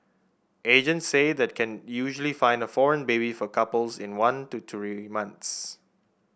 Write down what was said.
agents say that can usually find a foreign baby for couples in one to three months